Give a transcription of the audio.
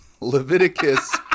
Leviticus